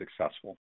successful